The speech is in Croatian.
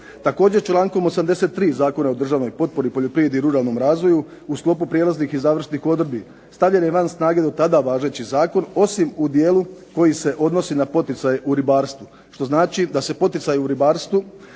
Također člankom 83. Zakona o državnoj potpori poljoprivredi i ruralnom razvoju u sklopu prijelaznih i završnih odredbi stavljen je van snage do tada važeći Zakon osim u dijelu koji se odnosi na poticaj u ribarstvu, što znači da se poticaji u ribarstvu